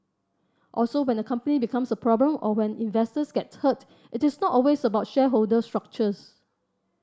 also when a company becomes a problem or when investors get hurt it is not always about shareholder structures